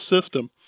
system